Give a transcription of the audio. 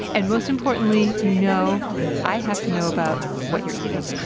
and most importantly, you know i have to know about what you're eating.